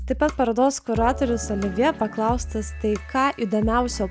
taip pat parodos kuratorius olivje paklaustas tai ką įdomiausio